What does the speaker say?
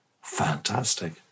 fantastic